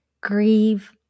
grieve